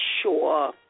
sure